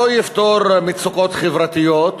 לא יפתור מצוקות חברתיות,